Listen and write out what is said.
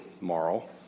moral